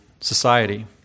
society